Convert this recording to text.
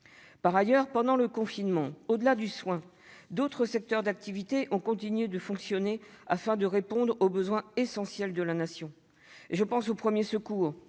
Par ailleurs, pendant le confinement, au-delà du soin, d'autres secteurs d'activité ont continué de fonctionner afin de répondre aux besoins essentiels de la Nation. Je pense aux premiers secours,